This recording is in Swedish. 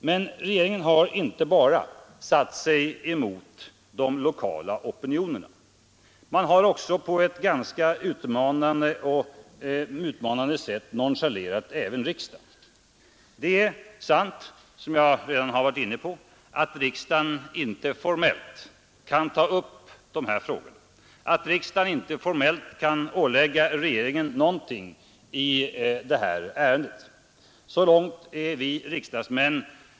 Men regeringen har inte bara satt sig över de lokala opinionerna, den har också på ett utmanande sätt nonchalerat riksdagen. Det är sant, som jag redan berört, att riksdagen formellt inte kan ålägga regeringen någonting i den här frågan.